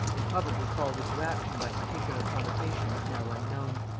and probably called into action by particular provocations now unknown.